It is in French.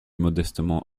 modestement